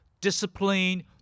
discipline